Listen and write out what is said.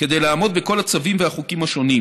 כדי לעמוד בכל הצווים והחוקים השונים.